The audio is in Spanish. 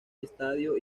estadio